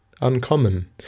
uncommon